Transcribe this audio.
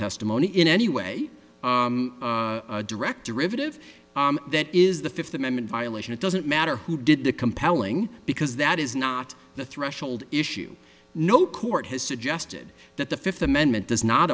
testimony in n the way director riveted of that is the fifth amendment violation it doesn't matter who did the compelling because that is not the threshold issue no court has suggested that the fifth amendment does not